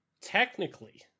Technically